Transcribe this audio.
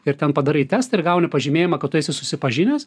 ir ten padarai testą ir gauni pažymėjimą kad tu esi susipažinęs